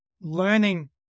learning